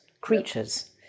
creatures